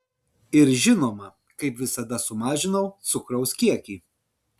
ir žinoma kaip visada sumažinau cukraus kiekį